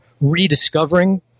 rediscovering